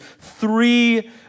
three